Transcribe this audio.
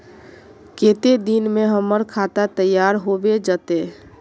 केते दिन में हमर खाता तैयार होबे जते?